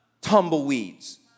tumbleweeds